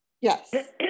Yes